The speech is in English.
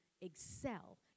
excel